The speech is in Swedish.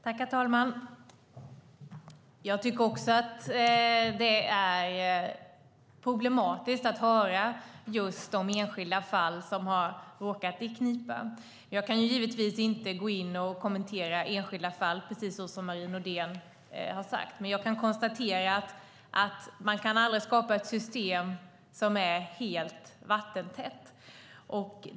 Herr talman! Jag tycker också att det är problematiskt att höra just de enskilda fall som har råkat i knipa. Jag kan givetvis inte gå in och kommentera enskilda fall, precis som Marie Nordén sade. Jag kan dock konstatera att man aldrig kan skapa ett system som är helt vattentätt.